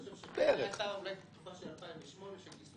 אני חושב שאולי בתקופה של 2008 שגייסו